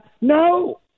no